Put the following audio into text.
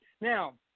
Now